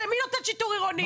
למי היא נותנת שיטור עירוני?